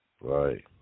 right